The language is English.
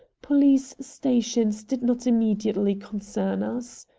police stations did not immediately concern us.